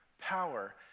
power